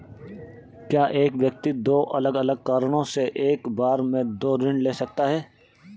क्या एक व्यक्ति दो अलग अलग कारणों से एक बार में दो ऋण ले सकता है?